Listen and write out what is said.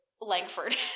Langford